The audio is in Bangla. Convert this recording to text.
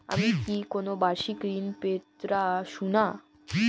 আমি কি কোন বাষিক ঋন পেতরাশুনা?